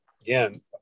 again